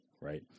right